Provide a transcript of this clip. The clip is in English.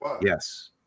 yes